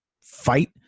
fight